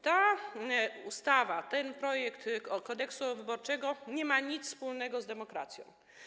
Ta ustawa, ten projekt kodeksu wyborczego nie ma nic wspólnego z demokracją.